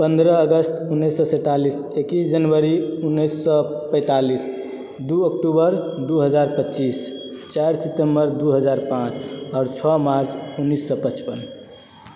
पन्द्रह अगस्त उन्नैस सए सैंतालिस एकैस जनवरी उन्नैस सए पैंतालिस दू अक्टूबर दू हजार पच्चीस चारि सितम्बर दू हजार पाँच आओर छओ मार्च उन्नैस सए पचपन